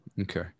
Okay